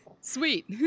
Sweet